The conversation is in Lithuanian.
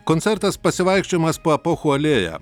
koncertas pasivaikščiojimas po epochų alėją